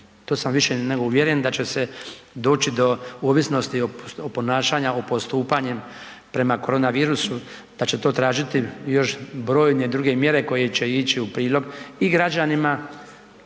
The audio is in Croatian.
to sam više nego uvjeren, da će se doći do ovisnosti o ponašanja, o postupanjem prema korona virusu da će to tražiti još brojne druge mjere koje će ići u prilog i građanima